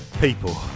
people